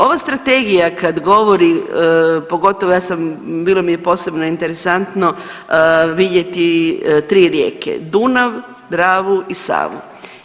Ova strategija kad govori pogotovo ja sam, bilo mi je posebno interesantno vidjeti tri rijeke Dunav, Dravu i Savu.